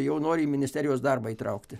jau nori į ministerijos darbą įtraukti